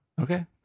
Okay